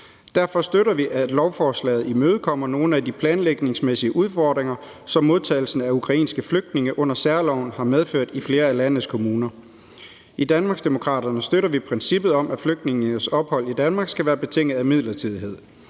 Derfor støtter vi lovforslaget, som imødekommer nogle af de planlægningsmæssige udfordringer, som modtagelsen af ukrainske flygtninge under særloven har medført i flere af landets kommuner. I Danmarksdemokraterne støtter vi princippet om, at flygtninges ophold i Danmark skal være betinget af midlertidighed.